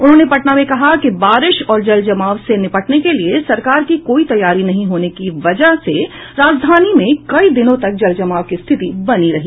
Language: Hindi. उन्होंने पटना में कहा कि बारिश और जलजमाव से निपटने के लिये सरकार की कोई तैयारी नहीं होने की वजह से राजधानी में कई दिनों तक जलजमाव की स्थिति बनी रही